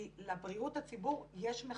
כי לבריאות הציבור יש מחיר.